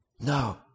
No